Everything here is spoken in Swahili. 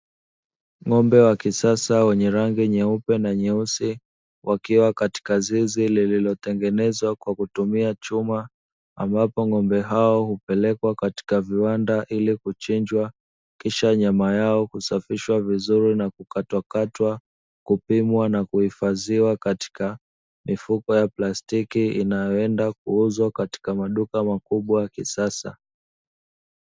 Ng'ombe wa kisasa wenye rangi nyeupe na nyeusi wakiwa katika zizi lililotengenezwa kwa kutumia, chuma ambapo ng'ombe hao hupelekwa katika viwanda ili kuchinjwa kisha nyama yao kusafishwa vizuri na kukatwakatwa, kupimwa na kuhifadhiwa katika mifupa ya plastiki inayoenda kuuzwa katika maduka makubwa ya kisasa.